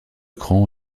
cran